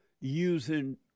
using